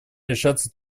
решаться